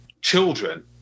children